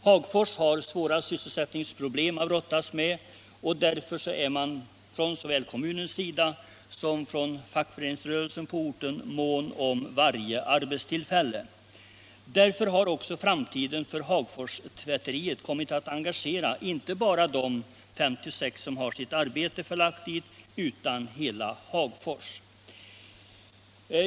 Hagfors har svåra sysselsättningsproblem att brottas med, och därför är man från såväl kommunens sida som fackföreningsrörelsen på orten mån om varje arbetstillfälle. Av denna anledning har också framtiden för Hagforstvätteriet kommit att engagera inte bara de 56 som har sitt arbete förlagt dit utan hela Hagfors.